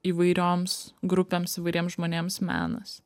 įvairioms grupėms įvairiems žmonėms menas